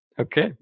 Okay